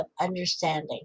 understanding